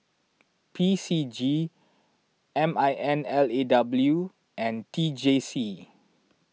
P C G M I N L A W and T J C